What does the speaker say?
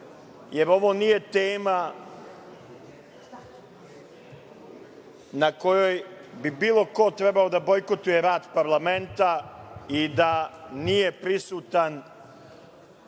jer ovo nije tema na kojoj bi bilo ko trebao da bojkotuje rad parlamenta i da nije prisutan,